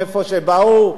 מאיפה שבאו,